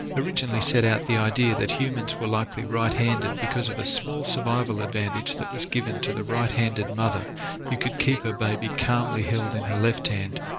originally set out the idea that humans were likely right handed because of a small survival advantage that was given to the right handed mother who could keep her baby calmly held in her left hand,